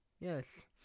Yes